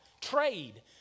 trade